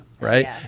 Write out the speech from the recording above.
right